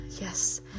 Yes